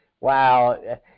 Wow